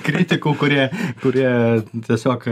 kritikų kurie kurie tiesiog